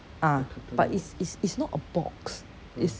ah but it's it's it's not a box it's